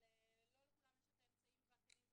אבל לא לכולם יש את האמצעים והכלים,